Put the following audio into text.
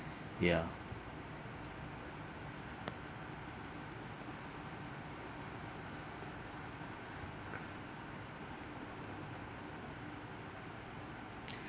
yeah